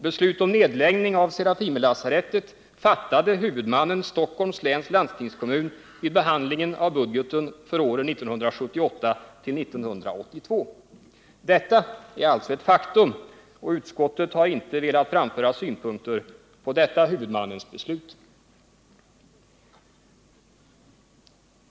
Beslut om nedläggning av Serafimerlasarettet fattade huvudmannen, Stockholms läns landstingskommun, vid behandlingen av budgeten för år 1978-1982. Detta är alltså ett faktum, och utskottet har inte velat framföra synpunkter på detta huvudmannens beslut.